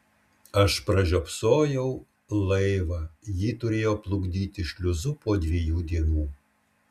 aš pražiopsojau laivą jį turėjo plukdyti šliuzu po dviejų dienų